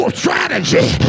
strategy